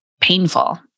painful